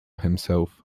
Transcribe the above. himself